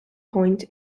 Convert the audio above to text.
point